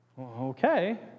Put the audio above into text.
Okay